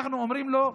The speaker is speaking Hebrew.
אנחנו אומרים לו: